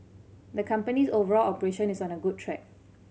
the company's overall operation is on a good track